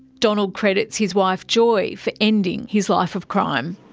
donald credits his wife joy for ending his life of crime.